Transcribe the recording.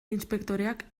inspektoreak